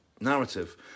narrative